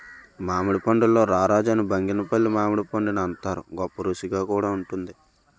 మామిడి పండుల్లో రారాజు అని బంగినిపల్లి మామిడిపండుని అంతారు, గొప్పరుసిగా కూడా వుంటుంది